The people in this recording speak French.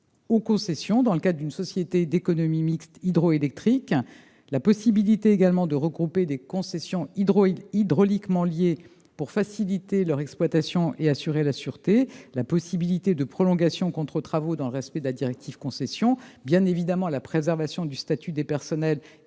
aux concessions dans le cadre d'une société d'économie mixte hydroélectrique, à la possibilité de regrouper des concessions hydrauliquement liées pour faciliter leur exploitation et favoriser la sûreté, à l'existence d'un mécanisme de prolongation contre travaux dans le respect de la directive Concessions et, bien entendu, à la préservation du statut des personnels